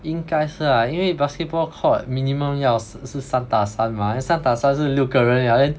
应该是 ah 因为 basketball court minimum 要是是三打三 mah then 三打三是六个人 liao then